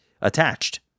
attached